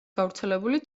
გავრცელებული